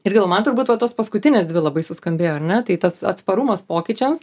ir gal man turbūt va tos paskutinės dvi labai suskambėjo ar ne tai tas atsparumas pokyčiams